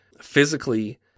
physically